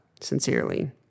Sincerely